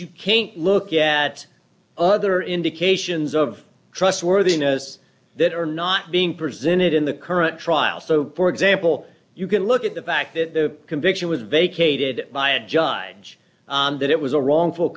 you can't look at other indications of trustworthiness that are not being presented in the current trial so for example you can look at the fact that the conviction was vacated by a judge on that it was a wrongful